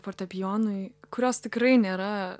fortepijonui kurios tikrai nėra